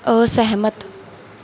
ਅਸਹਿਮਤ